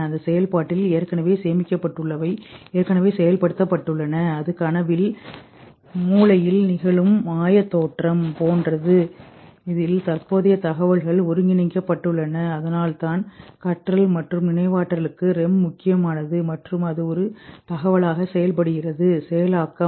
அந்த செயல்பாட்டில் ஏற்கனவே சேமிக்கப்பட்டுள்ளவை ஏற்கனவே செயல்படுத்தப்பட்டுள்ளன அது கனவில் மூளையில் நிகழும் மாயத்தோற்றம் போன்றது இதில் தற்போதைய தகவல்கள் ஒருங்கிணைக்கப்பட்டுள்ளன அதனால்தான் கற்றல் மற்றும் நினைவாற்றலுக்கு REM முக்கியமானது மற்றும் அது ஒரு தகவலாக செயல்படுகிறது செயலாக்கம்